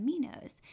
aminos